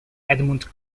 edmund